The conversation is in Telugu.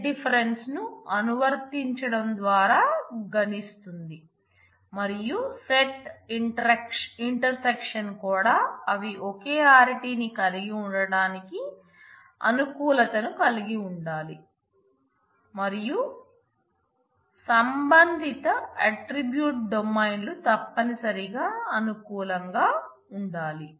సెట్ ఇంటర్సెక్షన్ డొమైన్ లు తప్పనిసరిగా అనుకూలంగా ఉండాలి